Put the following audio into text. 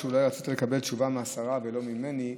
אולי רצית לקבל תשובה מהשרה ולא ממני.